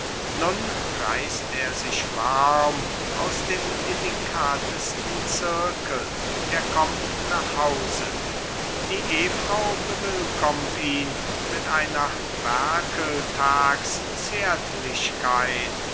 nun reißt er sich warm aus dem delikatesten zirkel er kommt nach hause die ehfrau bewillkommt ihn mit einer